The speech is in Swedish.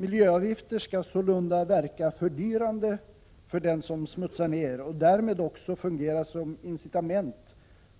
Miljöavgifter skall sålunda verka fördyrande för dem som smutsar ned och därmed också fungera som incitament